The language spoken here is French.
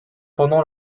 pendant